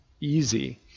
easy